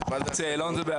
אנחנו מדברים,